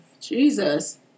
Jesus